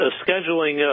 scheduling